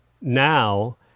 now—